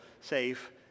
safe